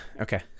okay